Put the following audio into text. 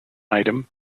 item